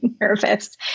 nervous